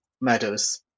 Meadows